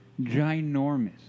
ginormous